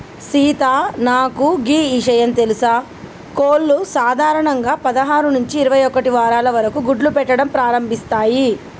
సీత నాకు గీ ఇషయం తెలుసా కోళ్లు సాధారణంగా పదహారు నుంచి ఇరవై ఒక్కటి వారాల వరకు గుడ్లు పెట్టడం ప్రారంభిస్తాయి